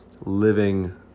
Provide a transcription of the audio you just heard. living